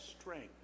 strength